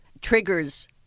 triggers